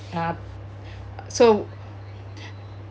uh so